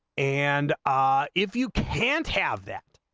and i if you can't have that